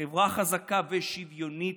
וחברה חזקה ושוויונית,